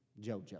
Jojo